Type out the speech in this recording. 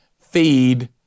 feed